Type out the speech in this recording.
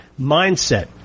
mindset